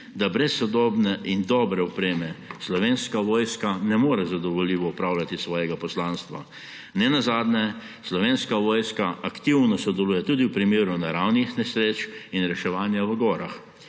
da brez sodobne in dobre opreme Slovenska vojska ne more zadovoljivo opravljati svojega poslanstva. Nenazadnje Slovenska vojska aktivno sodeluje tudi v primeru naravnih nesreč in reševanja v gorah.